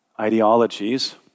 ideologies